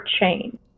chain